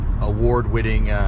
award-winning